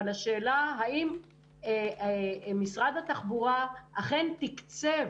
אבל השאלה היא האם משרד התחבורה אכן תקצב